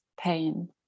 pain